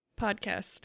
podcast